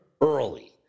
early